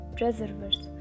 reservoirs